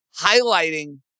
highlighting